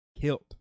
killed